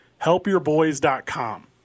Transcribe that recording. helpyourboys.com